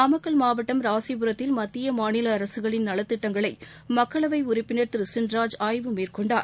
நாமக்கல் மாவட்டம் ராசிபுரத்தில் மத்திய மாநிலஅரசுகளின் நலத்திட்டங்களைமக்களவைஉறுப்பினர் திரு ஏ கேபிசின்ராஜ் ஆய்வு மேற்கொண்டார்